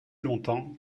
longtemps